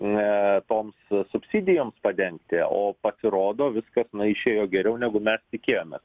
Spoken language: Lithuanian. ne toms subsidijoms padengti o pasirodo viskas išėjo geriau negu mes tikėjomės